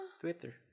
Twitter